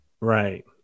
Right